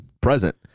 present